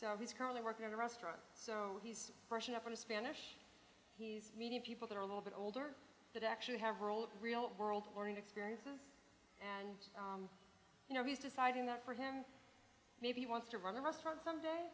so he's currently working in a restaurant so he's brushing up on spanish he's meeting people that are a little bit older that actually have rolled real world learning experiences and you know he's deciding that for him maybe he wants to run a restaurant someday